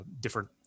different